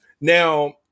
Now